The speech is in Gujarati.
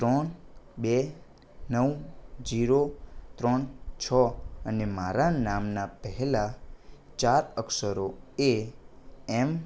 ત્રણ બે નવ જીરો ત્રણ છ અને મારા નામના પહેલા ચાર અક્ષરો એ એમ